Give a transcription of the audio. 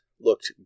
looked